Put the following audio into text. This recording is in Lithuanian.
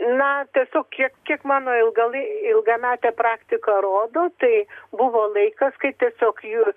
na tiesiog kiek kiek mano ilgalai ilgametė praktika rodo tai buvo laikas kai tiesiog ir